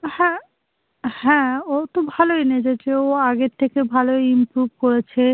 হ্যাঁ হ্যাঁ ও তো ভালোই নেচেছে ও আগের থেকে ভালোই ইমপ্রুভ করেছে